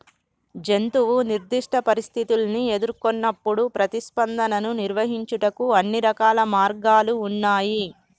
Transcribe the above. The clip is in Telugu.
జంతువు నిర్దిష్ట పరిస్థితుల్ని ఎదురుకొన్నప్పుడు ప్రతిస్పందనను నిర్వహించుటకు అన్ని రకాల మార్గాలు ఉన్నాయి